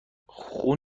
خون